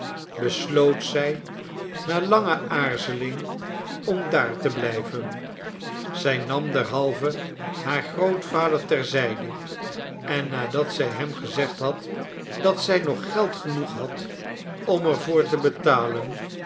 besloot zij na lange aarzeling om daar te blijven zij nam derhalve haar grootvader ter zijde en nadat zij hem gezegd had dat zij nog geld genoeg had om er voor te betalen